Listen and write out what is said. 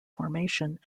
formation